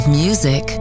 music